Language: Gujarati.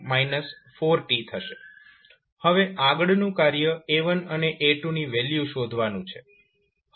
હવે આગળનું કાર્ય A1 અને A2 ની વેલ્યુ શોધવાનું છે